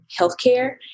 healthcare